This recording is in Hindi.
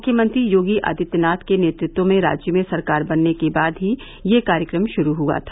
मुख्यमंत्री योगी आदित्यनाथ के नेतृत्व में राज्य में सरकार बनने के बाद ही यह कार्यक्रम शुरू हआ था